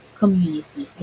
community